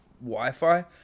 Wi-Fi